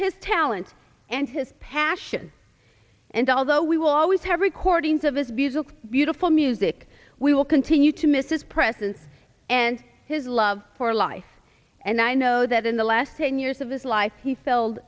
his talent and his passion and although we will always have recordings of his bees a beautiful music we will continue to miss is president and his love for life and i know that in the last ten years of his life he f